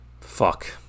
Fuck